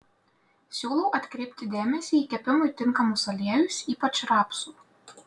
siūlau atkreipti dėmesį į kepimui tinkamus aliejus ypač rapsų